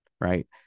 right